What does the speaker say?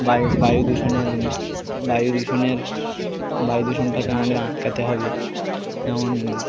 বায়ু বায়ুদূষণের বায়ুদূষণের বায়ুদূষণটাকে আমাদের আটকাতে হবে যেমন